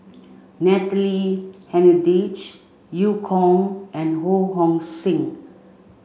Natalie Hennedige Eu Kong and Ho Hong Sing